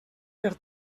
per